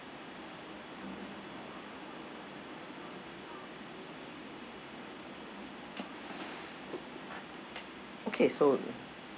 okay so